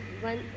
One